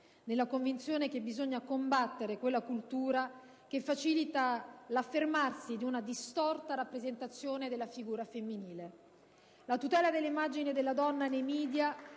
nella convinzione che bisogna combattere quella cultura che facilita l'affermarsi di una distorta rappresentazione della figura femminile. *(Applausi dal Gruppo PdL).* La tutela dell'immagine della donna nei *media*